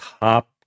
top